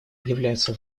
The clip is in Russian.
являются